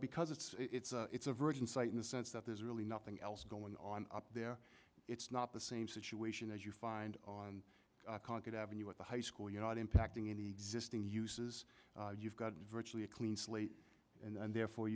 because it's a it's a virgin site in the sense that there's really nothing else going on up there it's not the same situation as you find on a concrete avenue at the high school you're not impacting any existing uses you've got virtually a clean slate and therefore